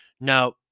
Now